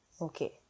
Okay